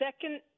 second